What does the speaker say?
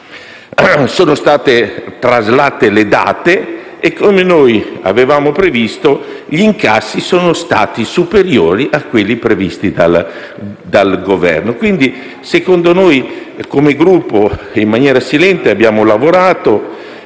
Sono state traslate le date e, come noi avevamo previsto, gli incassi sono stati superiori a quelli previsti dal Governo. Quindi, come Gruppo, in maniera silente abbiamo lavorato